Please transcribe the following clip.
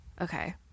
Okay